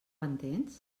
entens